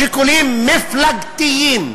שיקולים מפלגתיים.